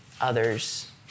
others